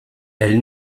elle